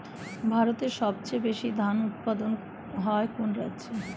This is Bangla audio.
ভারতের সবচেয়ে বেশী ধান উৎপাদন হয় কোন রাজ্যে?